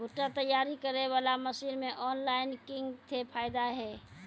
भुट्टा तैयारी करें बाला मसीन मे ऑनलाइन किंग थे फायदा हे?